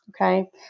Okay